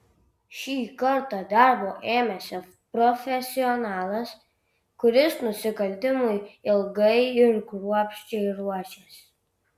šį kartą darbo ėmėsi profesionalas kuris nusikaltimui ilgai ir kruopščiai ruošėsi